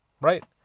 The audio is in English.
right